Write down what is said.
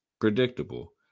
Predictable